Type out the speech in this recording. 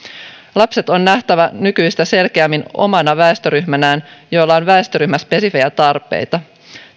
lapset on nähtävä nykyistä selkeämmin omana väestöryhmänään jolla on väestöryhmäspesifejä tarpeita